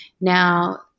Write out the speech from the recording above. now